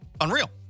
unreal